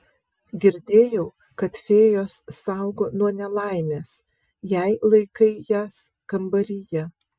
girdėjau kad fėjos saugo nuo nelaimės jei laikai jas kambaryje